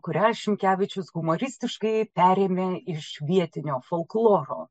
kurią šimkevičius humoristiškai perėmė iš vietinio folkloro